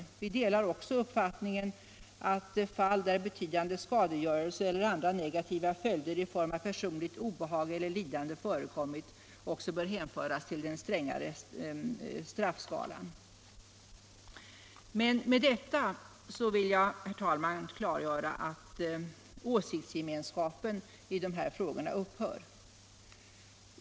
Vi delar också uppfattningen att fall där betydande skadegörelse eller andra negativa följder i form av per sonligt obehag eller lidande förekommit bör hänföras till den strängare straffskalan. Men jag vill klargöra, herr talman, att med detta upphör åsiktsgemenskapen i de här frågorna.